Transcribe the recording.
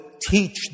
teach